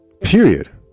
Period